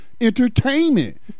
entertainment